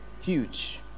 Huge